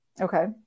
Okay